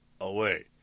away